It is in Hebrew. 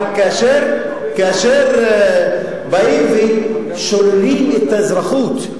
אבל כאשר באים ושוללים את האזרחות,